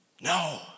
No